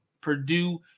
Purdue